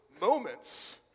moments